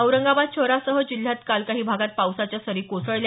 औरंगाबाद शहरासह जिल्ह्यात काल काही भागात पावसाच्या सरी कोसळल्या